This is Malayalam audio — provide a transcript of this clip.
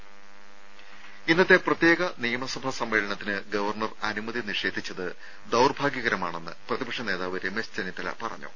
രംഭ ഇന്നത്തെ പ്രത്യേക നിയമസഭാ സമ്മേളനത്തിന് ഗവർണർ അനുമതി നിഷേധിച്ചത് ദൌർഭാഗ്യകരമാണെന്ന് പ്രതിപക്ഷ നേതാവ് രമേശ് ചെന്നിത്തല പറഞ്ഞു